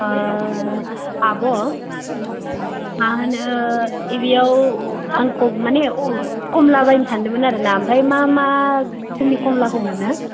आब' मा होनो बेयाव आं माने खमला बायनो सानदोंमोन आरोना आमफ्राय मा मा रोखोमनि खमलाखौ मोनो